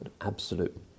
absolute